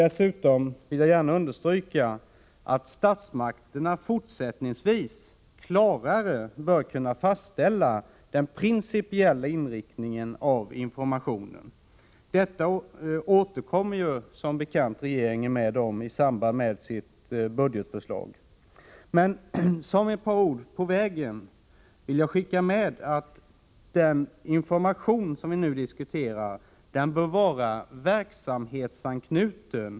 Dessutom vill jag gärna understryka att statsmakterna fortsättningsvis klarare bör kunna fastställa den principiella inriktningen av informationen. Regeringen återkommer om detta i samband med sitt budgetförslag. Som ett par ord på vägen vill jag säga att den information som vi nu diskuterar bör vara verksamhetsanknuten.